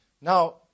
Now